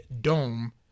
Dome